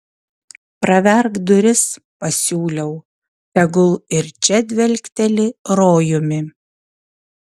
praverk duris pasiūliau tegul ir čia dvelkteli rojumi